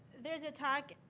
there's a talk.